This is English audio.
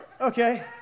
okay